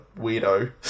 weirdo